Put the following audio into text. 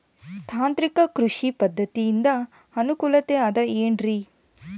ತಾಂತ್ರಿಕ ಕೃಷಿ ಪದ್ಧತಿಯಿಂದ ಅನುಕೂಲತೆ ಅದ ಏನ್ರಿ?